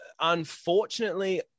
unfortunately